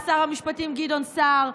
שר המשפטים גדעון סער,